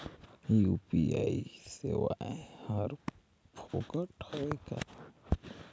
UPI सेवाएं हर फोकट हवय का?